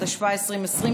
התשפ"א 2020,